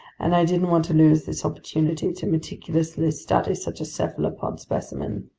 and i didn't want to lose this opportunity to meticulously study such a cephalopod specimen.